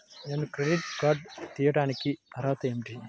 నేను credit card తీయడానికి అర్హత ఏమిటి?